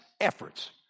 efforts